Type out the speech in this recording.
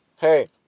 hey